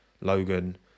Logan